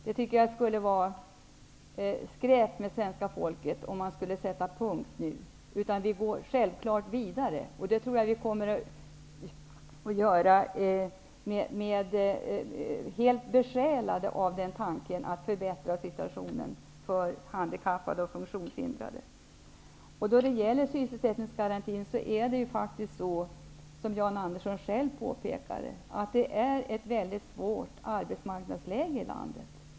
Det vore skräp med svenska folket om man skulle sätta punkt nu. Vi måste självfallet gå vidare. Jag tror att vi kommer att göra det helt besjälade av tanken att förbättra situationen för handikappade och funktionshindrade. När det gäller sysselsättningsgarantin påpekade Jan Andersson själv att vi har ett mycket svårt arbetsmarknadsläge i landet.